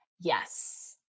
Yes